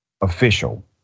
official